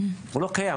הוא לא קיים.